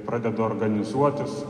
pradeda organizuotis